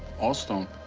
all stone.